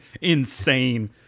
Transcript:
insane